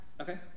Okay